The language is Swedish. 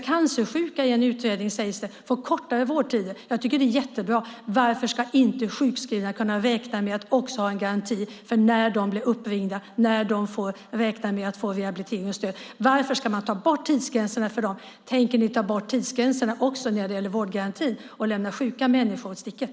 Cancersjuka ska få kortare vårdtider sägs det i en utredning. Det tycker jag är jättebra. Varför ska inte sjukskrivna få en garanti för när de blir uppringda om när de kan räkna med att få rehabilitering och stöd? Varför ska man ta bort tidsgränserna för dem? Tänker ni ta bort tidsgränserna också när det gäller vårdgarantin och lämna sjuka människor i sticket?